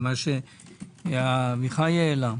ממה שאביחי העלה.